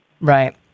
right